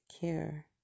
care